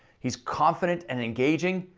he's confident and engaging.